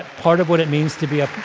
part of what it means to be a